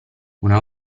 una